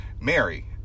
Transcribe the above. Mary